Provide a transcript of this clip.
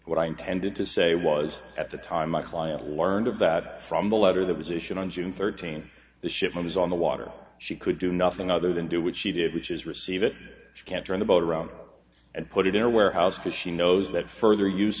what i intended to say was at the time my client learned of that from the letter that was issued on june thirteenth the ship was on the water she could do nothing other than do what she did which is receive it can't turn the boat around and put it in a warehouse because she knows that further use